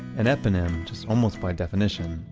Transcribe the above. an eponym, almost by definition,